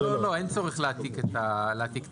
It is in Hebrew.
אין צורך להעתיק את ההגדרה.